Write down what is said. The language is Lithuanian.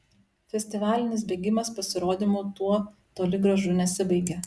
festivalinis bėgimas pasirodymu tuo toli gražu nesibaigė